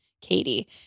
Katie